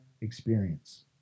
experience